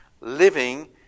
living